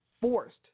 Forced